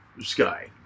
Sky